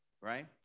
right